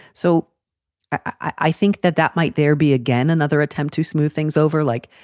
so i think that that might there be, again, another attempt to smooth things over like,